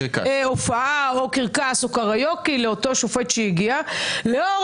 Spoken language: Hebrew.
הופעה או קרקס או קריוקי לאותו שופט שהגיע לאור